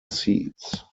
seats